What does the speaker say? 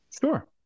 Sure